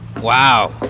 Wow